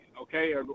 okay